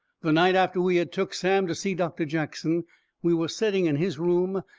the night after we had took sam to see doctor jackson we was setting in his room,